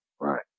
Right